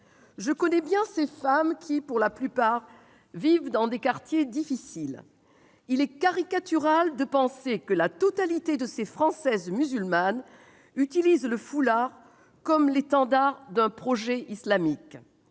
Je connais bien ces femmes qui, pour la plupart, vivent dans des quartiers difficiles. Il est caricatural de penser que la totalité de ces Françaises musulmanes utilisent le foulard comme l'étendard d'un projet islamique.